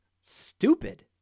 Stupid